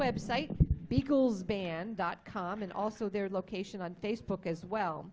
website beatles band dot com and also their location on facebook as well